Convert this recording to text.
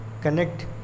connect